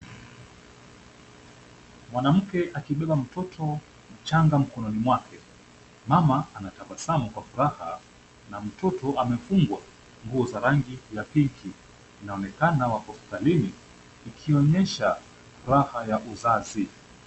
Mwanamke akibeba mtoto mchanga mikononi mwake. Mama anatabasamu kwa furaha na mtoto amefungwa nguo za rangi ya pinki inaonekana wako hospitalini wakionyesha raha ya uzazi.